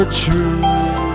true